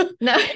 no